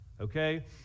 Okay